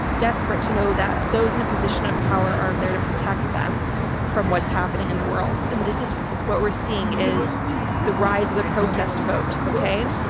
desperate to know that those in a position of power are there to protect them from what's happening in the world. and this is what we're seeing is the rise of the protest vote. okay,